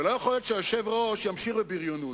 ולא יכול להיות שהיושב-ראש ימשיך בבריונות.